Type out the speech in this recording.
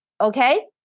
Okay